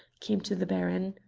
came to the baron.